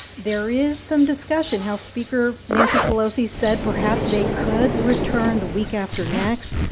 there is some discussion. house speaker nancy pelosi said perhaps they could return the week after next.